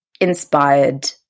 inspired